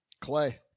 clay